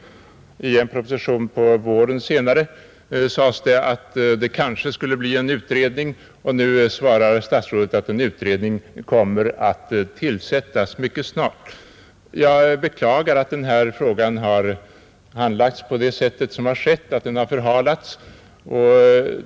I en proposition senare på våren sades det att det kanske skulle bli en utredning, och nu svarar statsrådet att en utredning kommer att tillsättas mycket snart. Jag beklagar att denna fråga har handlagts på det sätt som skett och att den har förhalats.